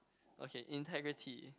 okay integrity